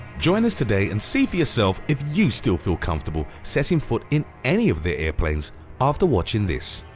join us today and see for yourself if you still feel comfortable setting foot in any of their airplanes after watching this!